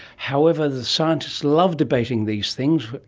however, the scientists love debating these things.